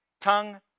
tongue